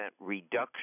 reduction